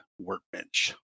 workbench